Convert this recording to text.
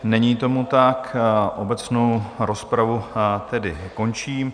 Není tomu tak, obecnou rozpravu tedy končím.